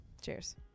Cheers